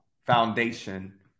foundation